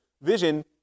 vision